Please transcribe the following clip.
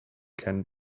can